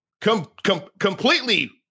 completely